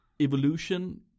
evolution